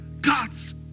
God's